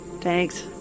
thanks